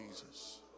Jesus